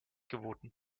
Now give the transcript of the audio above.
geboten